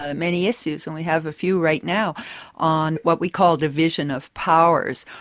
ah many issues. and we have a few right now on what we call division of powers.